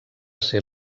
ser